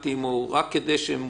אבל גם עבירות פשע החמורות,